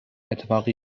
اتفاقی